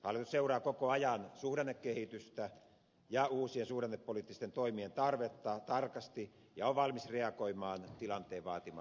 hallitus seuraa koko ajan suhdannekehitystä ja uusien suhdannepoliittisten toimien tarvetta tarkasti ja on valmis reagoimaan tilanteen vaatimalla tavalla